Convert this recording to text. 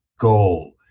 goal